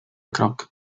krok